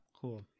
Cool